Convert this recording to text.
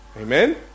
Amen